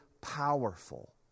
powerful